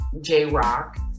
j-rock